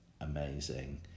amazing